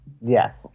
Yes